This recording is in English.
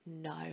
no